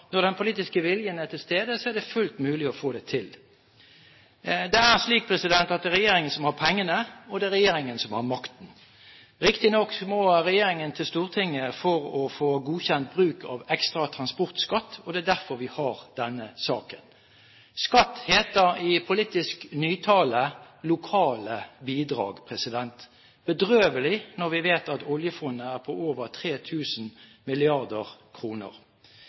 når den politiske viljen er til stede, er det fullt mulig å få det til. Det er regjeringen som har pengene, og det er regjeringen som har makten. Riktignok må regjeringen til Stortinget for å få godkjent bruk av ekstra transportskatt, og det er derfor vi har denne saken. Skatt heter i politisk nytale lokale bidrag – bedrøvelig når vi vet at oljefondet er på over